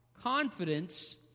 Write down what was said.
Confidence